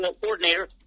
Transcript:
coordinator